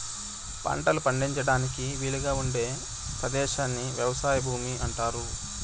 పంటలు పండించడానికి వీలుగా ఉండే పదేశాన్ని వ్యవసాయ భూమి అంటారు